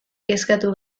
kezkatu